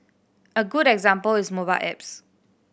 a good example is mobile apps